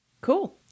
Cool